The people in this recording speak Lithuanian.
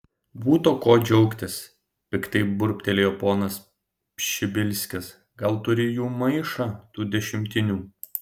būta ko džiaugtis piktai burbtelėjo ponas pšibilskis gal turi jų maišą tų dešimtinių